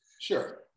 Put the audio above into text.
sure